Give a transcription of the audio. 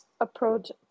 approach